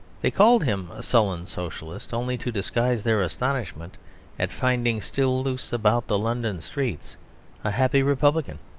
they called him a sullen socialist only to disguise their astonishment at finding still loose about the london streets a happy republican.